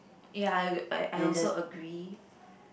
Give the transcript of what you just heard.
ya I ag~ I also agree